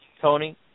Tony